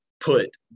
put